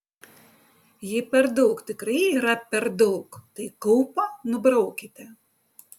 jei per daug tikrai yra per daug tai kaupą nubraukite